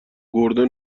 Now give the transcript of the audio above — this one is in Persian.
گردن